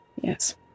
Yes